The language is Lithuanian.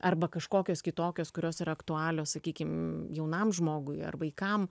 arba kažkokios kitokios kurios yra aktualios sakykim jaunam žmogui ar vaikam